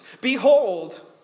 Behold